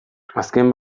azken